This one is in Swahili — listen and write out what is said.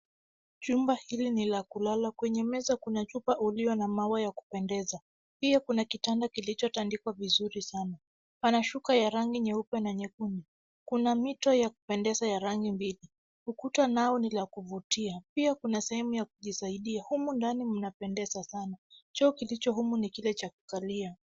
Chumba hili ni la kulala. Kwenye meza kuna chupa ulio na maua ya kupendeza. Pia kuna kitanda kilichotandikwa vizuri sana. Pana shuka ya rangi nyeupe na nyekundu. Kuna mito ya kupendeza ya rangi mbili. Ukuta no ni la kuvutia. Pia kuna sehemu ya kujisaidia. Humu ndani mnapendeza sana. Choo kilicho humu ni kile cha kukalia.